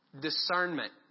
Discernment